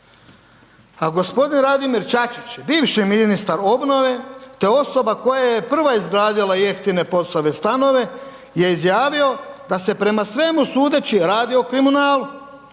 A gospodin Radimir Čačić, bivši ministar obnove te osoba koja je prva izgradila jeftine POS-ove stanove je izjavio da se po svemu sudeći radi o kriminalu,